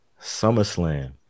SummerSlam